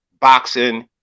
boxing